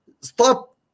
Stop